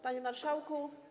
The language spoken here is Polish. Panie Marszałku!